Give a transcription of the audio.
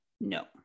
no